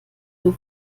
nur